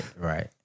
right